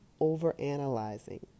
Overanalyzing